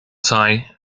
tie